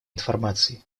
информацией